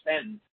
spend